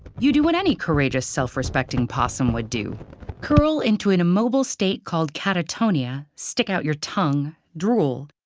you do what any courageous, self-respecting possum would do curl into an immobile state called catatonia, stick out your tongue, drool,